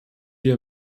wir